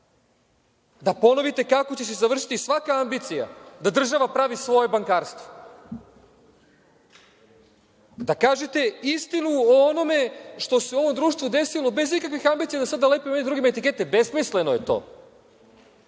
Da ponovite kako će se završiti svaka ambicija da država pravi svoje bankarstvo. Da kažete istinu o onome što se u ovom društvu desilo, bez ikakvih ambicija da sada lepimo jedni drugima etikete, besmisleno je